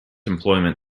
employment